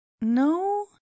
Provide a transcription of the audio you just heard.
no